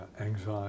anxiety